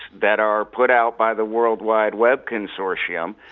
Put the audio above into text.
that are put out by the world wide web consortium,